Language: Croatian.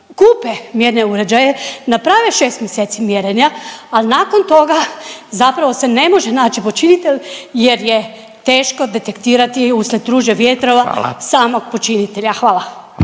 kupe mjerne uređaje, naprave šest mjeseci mjerenja, ali nakon toga zapravo se ne može naći počinitelj, jer je teško detektirati uslijed Ruže vjetrova samog počinitelja. Hvala.